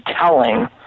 telling